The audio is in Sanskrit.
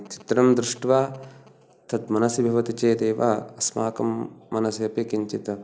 चित्रं दृष्ट्वा तत् मनसि भवति चेत् एव अस्माकं मनसि अपि किञ्चित्